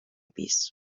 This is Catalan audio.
pis